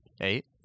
Eight